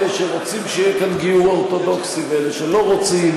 אלה שרוצים שיהיה כאן גיור אורתודוקסי ואלה שלא רוצים.